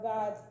God